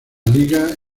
liga